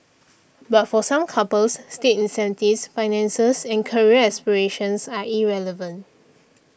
but for some couples state incentives finances and career aspirations are irrelevant